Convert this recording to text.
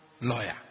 lawyer